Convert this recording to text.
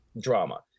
drama